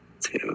Two